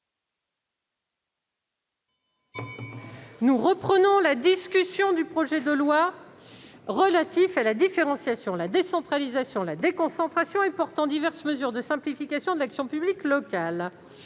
par lettre rectificative, relatif à la différenciation, la décentralisation, la déconcentration et portant diverses mesures de simplification de l'action publique locale.